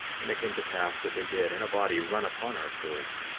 and it came to pass that they did in a body run upon our swords,